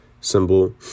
symbol